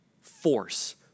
force